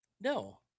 No